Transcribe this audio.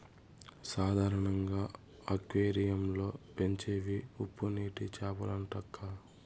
సాధారణంగా అక్వేరియం లో పెంచేవి ఉప్పునీటి చేపలేనంటక్కా